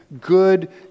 good